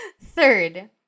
Third